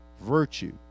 virtue